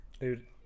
Dude